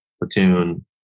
platoon